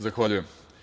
Zahvaljujem.